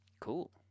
Cool